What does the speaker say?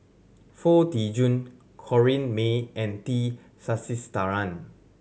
Foo Tee Jun Corrinne May and T Sasitharan